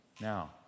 Now